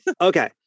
Okay